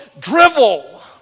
drivel